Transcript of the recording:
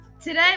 Today